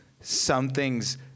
something's